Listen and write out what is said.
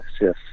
yes